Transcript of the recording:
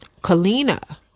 Kalina